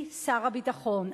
שר הביטחון,